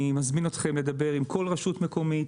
אני מזמין אתכם לדבר עם כל רשות מקומית,